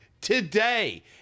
today